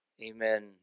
Amen